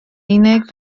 unig